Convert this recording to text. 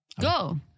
Go